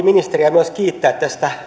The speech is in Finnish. ministeriä myös kiittää tästä